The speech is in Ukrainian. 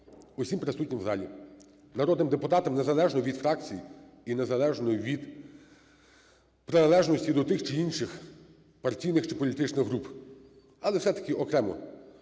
усім присутнім в залі народним депутатам, незалежно від фракцій і незалежно від приналежності до тих чи інших партійних чи політичних груп, але, все-таки, окремо